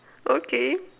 okay